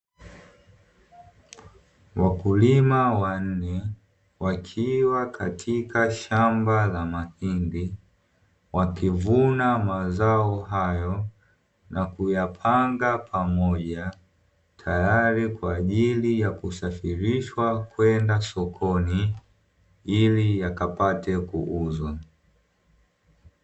Wakulima wanne wakiwa katika shamba la mahindi, wakivuna mazao hayo na kuyapanga pamoja, tayari kwa ajili ya kusafirishwa kwenda sokoni ili yakapate kuuzwa.